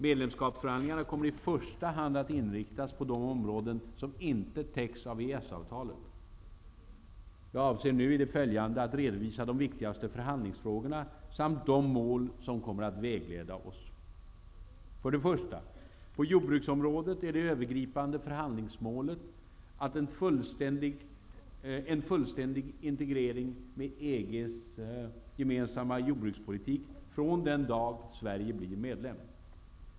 Medlemskapsförhandlingarna kommer i första hand att inriktas på de områden som inte täcks av EES-avtalet. Jag avser i det följande redovisa de viktigaste förhandlingsfrågorna samt de mål som kommer att vägleda oss. För det första är det övergripande förhandlingsmålet på jordbruksområ det en fullständig integrering med EG:s gemensamma jordbrukspolitik från den dag Sverige blir medlem.